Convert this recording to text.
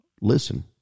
listen